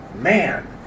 Man